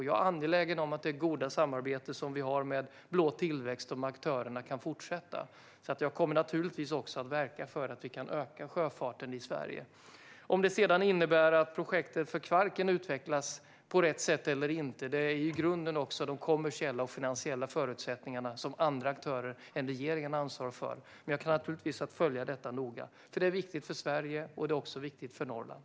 Jag är angelägen om det goda samarbete som finns för blå tillväxt så att aktörerna kan fortsätta att växa. Jag kommer naturligtvis att också verka för att vi ska kunna öka sjöfarten i Sverige. Om det sedan innebär att projektet för Kvarken utvecklas på rätt sätt eller inte beror i grunden på de kommersiella och finansiella förutsättningar som andra aktörer än regeringen ansvarar för. Jag kommer naturligtvis att följa detta noga. Det är viktigt för Sverige, och det är också viktigt för Norrland.